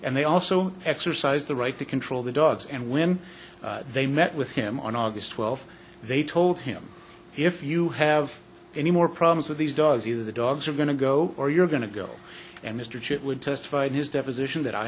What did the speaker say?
and they also exercised the right to control the dogs and when they met with him on august twelfth they told him if you have any more problems with these dogs you the dogs are going to go or you're going to go and mr chip would testify in his deposition that i